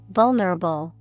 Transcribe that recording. vulnerable